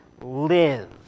live